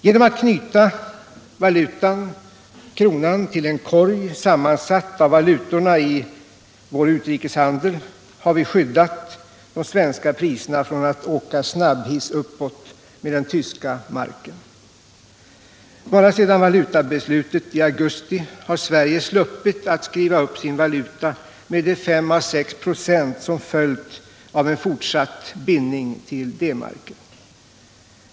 Genom att knyta kronan till cen korg sammansatt av valutorna i vår utrikeshandel har vi skyddat de svenska priserna från att åka snabbhiss uppåt med den tyska marken. Bara sedan valutabeslutet i augusti har Sverige sluppit att skriva upp sin valuta med de 5 å 6 25 som hade blivit en följd av en fortsatt bindning till D-marken.